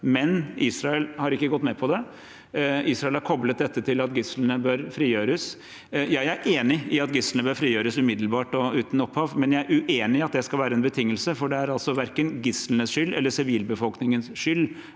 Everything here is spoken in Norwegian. Men Israel har ikke gått med på det. Israel har koblet dette til at gislene bør frigjøres. Jeg er enig i at gislene bør frigjøres umiddelbart og uten opphold, men jeg er uenig i at det skal være en betingelse, for det er verken gislenes skyld eller